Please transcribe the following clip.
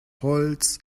holz